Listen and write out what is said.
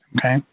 okay